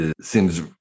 seems